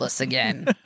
again